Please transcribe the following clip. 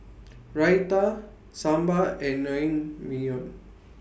Raita Sambar and Naengmyeon